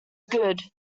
good